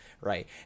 right